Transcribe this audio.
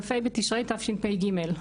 כ"ה בתשרי תשפ"ג,